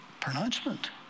pronouncement